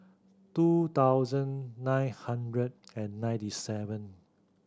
two thousand nine hundred and ninety seven